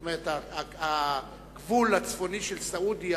זאת אומרת, הגבול הצפוני של סעודיה